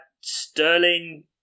Sterling